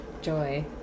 Joy